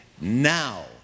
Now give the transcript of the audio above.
now